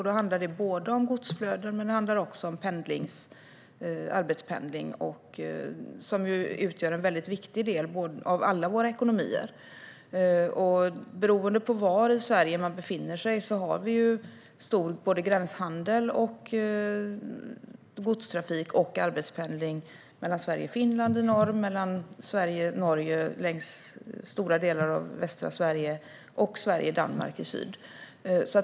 Det handlar både om godsflöden och om arbetspendling, som utgör en viktig del av alla våra ekonomier. Beroende på var i Sverige man befinner sig har vi gränshandel, godstrafik och arbetspendling mellan Sverige och Finland i norr, mellan Sverige och Norge längs stora delar av västra Sverige och mellan Sverige och Danmark i söder.